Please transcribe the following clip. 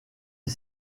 est